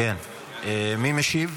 כן, מי משיב?